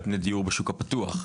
על פני דיור בשוק הפתוח?